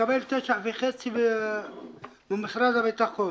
מקבל 9.5 ממשרד הביטחון.